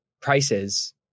prices